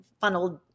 funneled